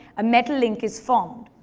a metal link is formed.